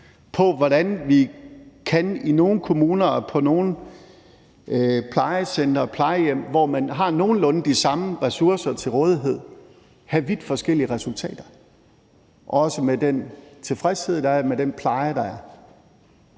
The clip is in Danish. på, hvordan der i nogle kommuner, på nogle plejecentre og plejehjem, hvor man har nogenlunde de samme ressourcer til rådighed, kan være vidt forskellige resultater, også hvad angår tilfredsheden med den pleje, der er.